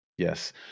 Yes